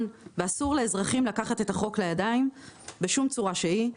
ואסור לאזרחים לקחת את החוק לידיים בשום צורה שהיא.